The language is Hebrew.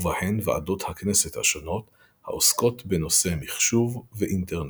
ובהן ועדות הכנסת השונות העוסקות בנושא מחשוב ואינטרנט,